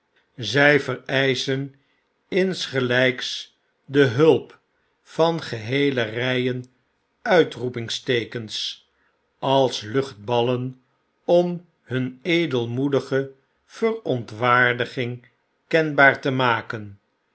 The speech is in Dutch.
zij vereischen insgelijks de hulp van geheele rijen uitroepingsteekens als luchtballen om hun edelmoedige verontwaardiging kenbaar te maken